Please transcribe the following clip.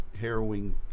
harrowing